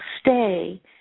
stay